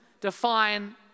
define